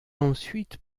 ensuite